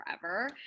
forever